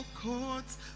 courts